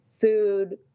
food